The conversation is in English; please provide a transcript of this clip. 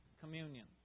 communion